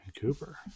Cooper